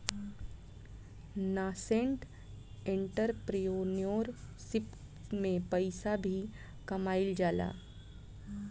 nascent entrepreneurship में पइसा भी कामयिल जाला